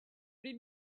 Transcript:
did